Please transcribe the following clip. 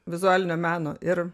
vizualinio meno ir